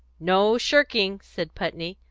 no shirking, said putney.